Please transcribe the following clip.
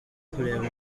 kureba